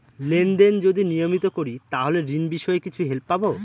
Lane দেন যদি নিয়মিত করি তাহলে ঋণ বিষয়ে কিছু হেল্প পাবো?